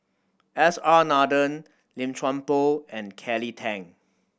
S R Nathan Lim Chuan Poh and Kelly Tang